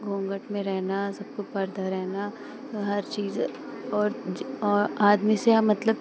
घूँघट में रहना सबको पर्दा रहना तो हर चीज़ और ज और अ आदमी से हम मतलब